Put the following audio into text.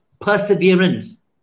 perseverance